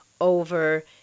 over